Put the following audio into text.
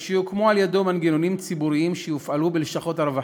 יוקמו על-ידיו מנגנונים ציבוריים שיופעלו בלשכות הרווחה,